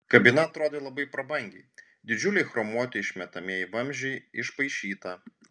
kabina atrodė labai prabangiai didžiuliai chromuoti išmetamieji vamzdžiai išpaišyta